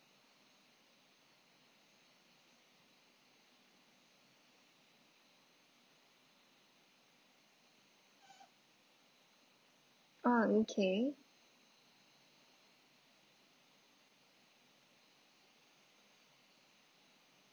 ah um okay